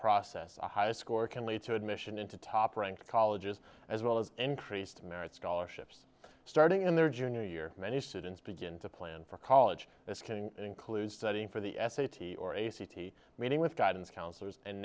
process a higher score can lead to admission into top ranked colleges as well as increased merit scholarships starting in their junior year many students begin to plan for college this can include studying for the s a t or a city meeting with guidance counselors and